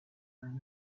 man